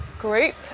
group